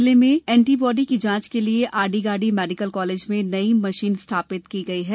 जिले में antibody की जांच के लिए आर्डीगार्डी मेडिकल कॉलेज में नई मशीन स्थापित की गई है